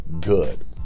Good